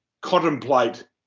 contemplate